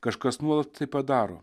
kažkas nuolat tai padaro